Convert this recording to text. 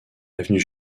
avenue